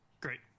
Great